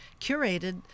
curated